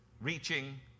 reaching